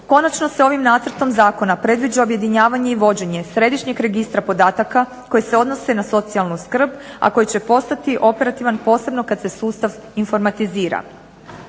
Konačno se ovim nacrtom zakona predviđa objedinjavanje i vođenje Središnjeg registra podataka koji se odnose na socijalnu skrb, a koji će postati operativan posebno kad se sustav informatizira.